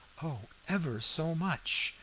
oh, ever so much.